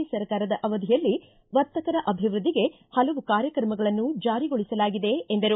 A ಸರ್ಕಾರದ ಅವಧಿಯಲ್ಲಿ ವರ್ತಕರ ಅಭಿವೃದ್ಧಿಗೆ ಹಲವು ಕಾರ್ಯಕ್ರಮಗಳನ್ನು ಜಾರಿಗೊಳಿಸಲಾಗಿದೆ ಎಂದರು